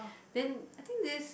then I think this